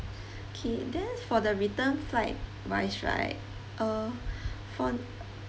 K then for the return flight wise right uh for